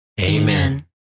Amen